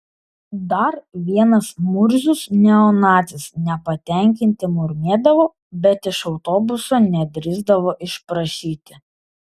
dar vienas murzius neonacis nepatenkinti murmėdavo bet iš autobuso nedrįsdavo išprašyti